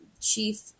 Chief